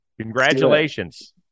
congratulations